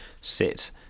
sit